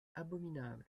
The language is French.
abominable